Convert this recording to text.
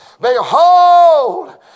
Behold